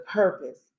purpose